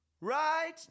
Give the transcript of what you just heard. right